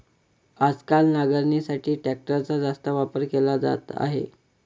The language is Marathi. आजकाल नांगरणीसाठी ट्रॅक्टरचा जास्त वापर केला जात आहे